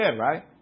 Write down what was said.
right